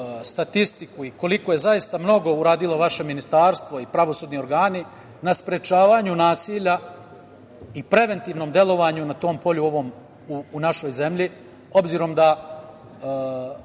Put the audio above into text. statistiku i koliko je zaista mnogo uradilo vaše ministarstvo i pravosudni organi na sprečavanju nasilja i preventivnom delovanju na tom polju u našoj zemlji, obzirom da,